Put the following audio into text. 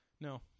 No